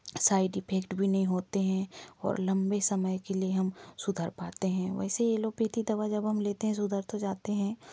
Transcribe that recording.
side effect भी नहीं होते हैं और लंबे समय के लिए हम सुधर पाते हैं वैसे एलोपैथी दवा जब हम लेते हैं सुधर तो जाते हैं